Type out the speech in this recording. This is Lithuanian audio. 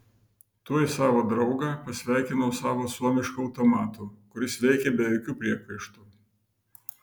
tuoj savo draugą pasveikinau savo suomišku automatu kuris veikė be jokių priekaištų